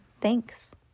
Thanks